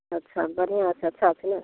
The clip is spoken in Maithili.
अच्छा बढ़िआँ छै अच्छा छै ने